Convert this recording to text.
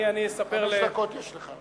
חמש דקות יש לך.